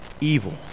evil